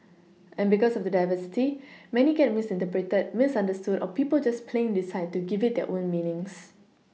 and because of the diversity many get misinterpreted misunderstood or people just plain decide to give it their own meanings